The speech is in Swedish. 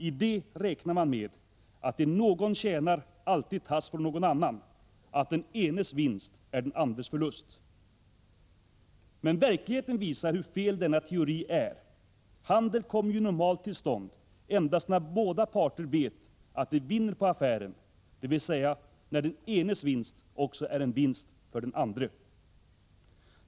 I det räknar man med att det någon tjänar alltid tas från någon annan — att den enes vinst är den andres förlust. Men verkligheten visar hur felaktig denna teori är. Handel kommer ju normalt till stånd endast när båda parter vet att de vinner på affären, dvs. när den enes vinst också är en vinst för den andre.